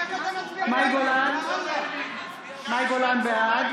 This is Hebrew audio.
גולן, בעד